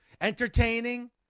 Entertaining